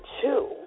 two